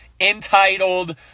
entitled